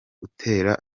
gutera